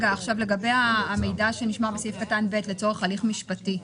לגבי המידע שנשמר בסעיף קטן (ב) לצורך הליך משפטי,